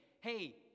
hey